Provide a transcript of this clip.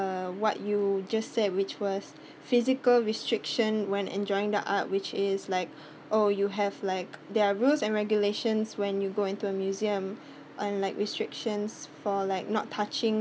uh what you just said which was physical restrictions when enjoying the art which is like oh you have like there are rules and regulations when you go into a museum unlike restrictions for like not touching